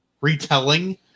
retelling